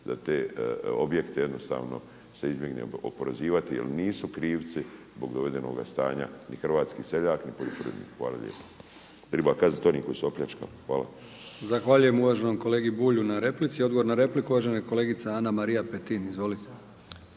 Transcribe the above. da te objekte jednostavno se izbjegne oporezivati jer nisu krivci zbog dovedenoga stanja ni hrvatski seljak ni poljoprivrednik. Hvala lijepa. Jer treba kazniti one koji su opljačkali. Hvala. **Brkić, Milijan (HDZ)** Zahvaljujem uvaženom kolegi Bulju na replici. Odgovor na repliku uvažena kolegica Ana-Marija Petin. Izvolite.